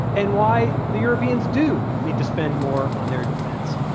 and why the europeans do need to spend more on their defense.